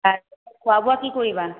খোৱা বোৱা কি কৰিবা